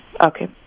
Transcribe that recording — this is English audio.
Okay